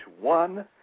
One